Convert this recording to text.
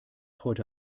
heute